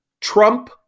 Trump